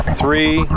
three